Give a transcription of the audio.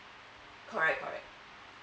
correct correct